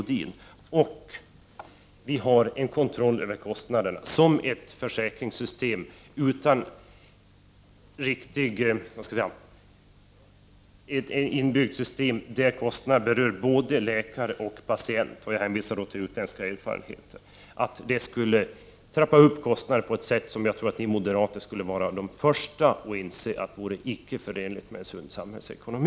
Vidare har vi nu en kontroll över kostnaderna, medan ett försäkringssystem där kostnaderna inte är inbyggda för både läkare och patient — jag hänvisar då till utländska erfarenheter — skulle trappa upp kostnaderna på ett sätt som ni moderater troligen skulle vara de första att betrakta som oförenligt med en sund samhällsekonomi.